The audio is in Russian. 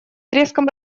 треском